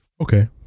okay